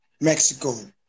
Mexico